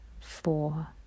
four